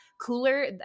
cooler